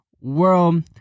world